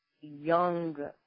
young